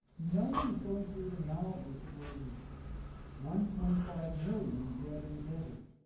no one was going to read a novel that was one point five million dead in the desert.